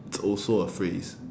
it's also a phrase